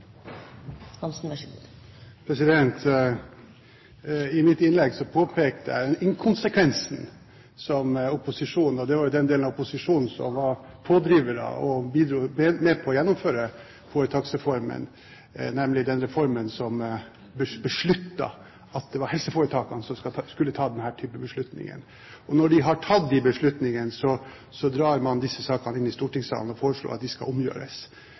I mitt innlegg påpekte jeg inkonsekvensen fra opposisjonen – og det var jo den delen av opposisjonen som var pådrivere og var med på å gjennomføre foretaksreformen, nemlig den reformen som gjør at det er helseforetakene som skal ta denne typen beslutninger. Og når de så har tatt de beslutningene, tar man disse sakene inn i stortingssalen og foreslår at de skal omgjøres.